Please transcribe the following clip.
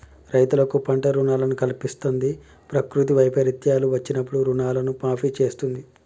రైతులకు పంట రుణాలను కల్పిస్తంది, ప్రకృతి వైపరీత్యాలు వచ్చినప్పుడు రుణాలను మాఫీ చేస్తుంది